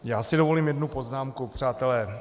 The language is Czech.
Já si dovolím jednu poznámku, přátelé.